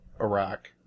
Iraq